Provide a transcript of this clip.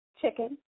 chicken